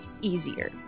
easier